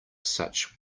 such